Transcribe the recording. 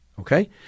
Okay